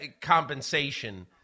compensation